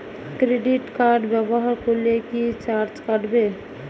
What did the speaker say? Credit card ব্যাবহার করলে কি চার্জ কাটবে?